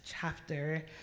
chapter